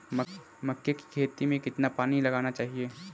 मक्के की खेती में कितना पानी लगाना चाहिए?